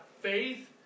faith